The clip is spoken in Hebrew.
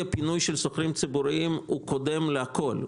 הפינוי של שוכרים בדיור הציבורי הוא קודם להכל,